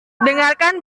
dengarkan